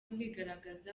kwigaragaza